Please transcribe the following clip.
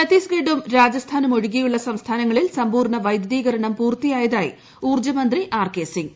ഛത്തീസ്ഗഡും രാജസ്ഥാനും ഒഴികെയുള്ള സംസ്ഥാനങ്ങളിൽ സമ്പൂർണ്ണ വൈദ്യുതീകരണം പൂർത്തിയായതായി ഊർജ്ജമന്ത്രി ആർ കെ സിംഗ്